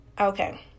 Okay